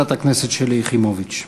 חברת הכנסת שלי יחימוביץ.